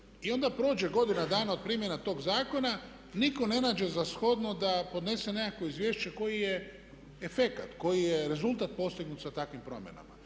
i onda prođe godina dana od primjena toga zakona nitko ne nađe za shodno da podnese nekakvo izvješće koji je efekat, koji je rezultat postignut sa takvim promjenama.